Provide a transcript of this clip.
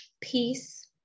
peace